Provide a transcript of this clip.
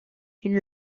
une